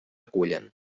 acullen